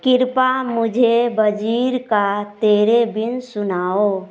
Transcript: कृपया मुझे वज़ीर का तेरे बिन सुनाओ